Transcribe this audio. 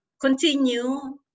continue